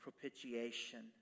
propitiation